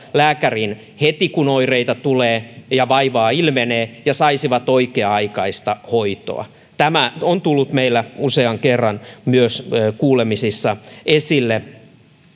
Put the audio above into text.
lääkäriin heti kun oireita tulee ja vaivaa ilmenee ja saisivat oikea aikaista hoitoa tämä on myös tullut meillä usean kerran kuulemisissa esille